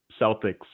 Celtics